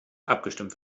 abgestimmt